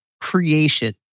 creation